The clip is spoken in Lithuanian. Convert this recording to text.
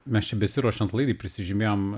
mes čia besiruošiant laidai prisižymėjom